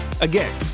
Again